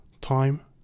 time